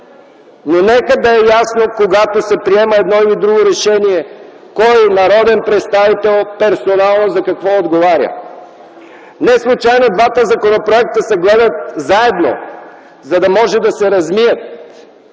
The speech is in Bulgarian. но нека да е ясно, когато се приема едно или друго решение, кой народен представител персонално за какво отговаря. Неслучайно двата законопроекта се гледат заедно, за да може да се размият.